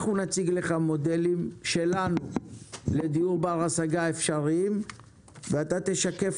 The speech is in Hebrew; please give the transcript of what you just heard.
אנחנו נציג לך מודלים אפשריים שלנו לדיור בר השגה ואתה תשקף